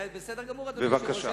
בסדר גמור, אדוני היושב-ראש.